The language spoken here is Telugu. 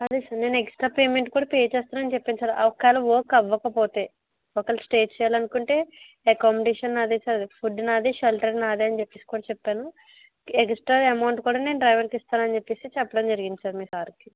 సరే సార్ నేను ఎక్స్ట్రా పేమెంట్ కూడా పే చేస్తానని చెప్పాను సార్ ఒకవేళ వర్క్ అవ్వకపోతే ఒకవేళ స్టే చేయాలనుకుంటే ఎకామడేషన్ నాదే సార్ ఫుడ్ నాదే షెల్టర్ నాదే అనేసి కూడా చెప్పా ను ఎక్స్ట్రా ఎమౌంట్ కూడా నేను డ్రైవర్కి ఇస్తాను అని చెప్పడం జరిగింది సార్ మీ సార్కి